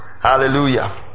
hallelujah